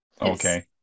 Okay